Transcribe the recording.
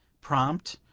prompt,